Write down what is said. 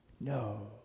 No